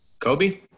Kobe